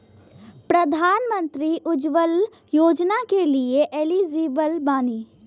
प्रधानमंत्री उज्जवला योजना के लिए एलिजिबल बानी?